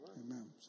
Amen